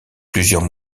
plusieurs